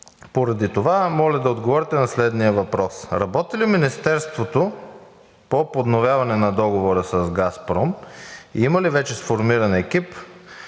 Поради това моля да отговорите на следния въпрос: работи ли Министерството по подновяване на договора с „Газпром“. Има ли вече сформиран екип,